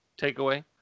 takeaway